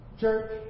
Church